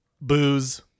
booze